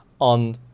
on